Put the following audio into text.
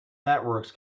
networks